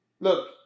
look